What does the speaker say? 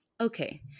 okay